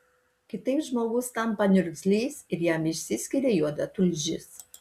kitaip žmogus tampa niurgzlys ir jam išsiskiria juoda tulžis